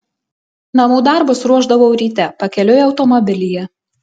namų darbus ruošdavau ryte pakeliui automobilyje